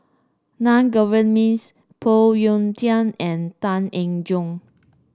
Naa Govindasamy Phoon Yew Tien and Tan Eng Joo